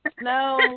No